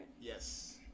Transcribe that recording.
Yes